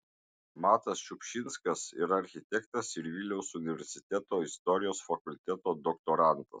matas šiupšinskas yra architektas ir vilniaus universiteto istorijos fakulteto doktorantas